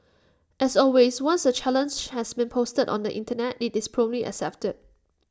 as always once A challenge has been proposed on the Internet IT is promptly accepted